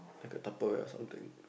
like the Tupperware or something